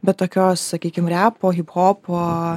bet tokios sakykim repo hiphopo